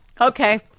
Okay